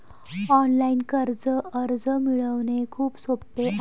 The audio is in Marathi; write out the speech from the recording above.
ऑनलाइन कर्ज अर्ज मिळवणे खूप सोपे आहे